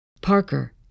Parker